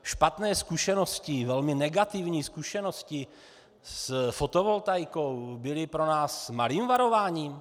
Špatné zkušenosti, velmi negativní zkušenosti s fotovoltaikou byly pro nás malým varováním?